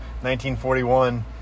1941